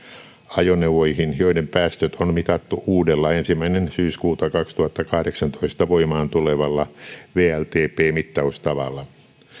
ajoneuvoihin joiden päästöt on mitattu uudella ensimmäinen syyskuuta kaksituhattakahdeksantoista voimaan tulevalla wltp mittaustavalla